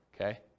okay